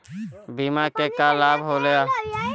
बिमा के का का लाभ होला?